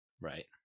right